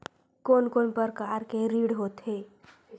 कोन कोन प्रकार के ऋण होथे?